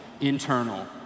internal